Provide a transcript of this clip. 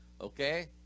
Okay